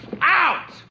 out